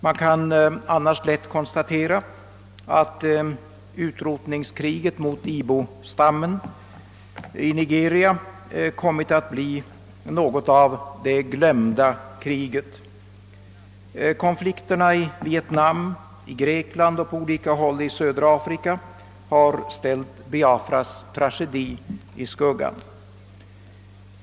Man kan annars lätt konstatera att utrotningskriget mot ibostammen i Nigeria kommit att bli det glömda kriget. Konflikterna i Vietnam, i Grekland och på olika håll i södra Afrika har ställt Biafras tragedi i skuggan.